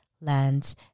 lands